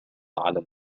على